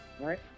right